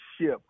ship